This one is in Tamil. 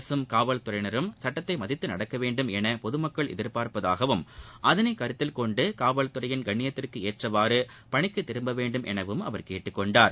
அரசும் காவல்துறையினரும் சட்டத்தை மதித்து நடக்க வேண்டும் என பொதமக்கள் எதிபாப்பதாகவும் அதனை கருத்தில்கொண்டு காவல்துறையின் கண்ணியத்திற்கு ஏற்பவாறு பணிக்கு திரும்ப வேண்டுமென அவர் கேட்டுக் கொண்டார்